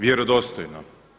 Vjerodostojno.